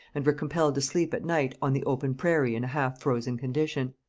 and were compelled to sleep at night on the open prairie in a half-frozen condition.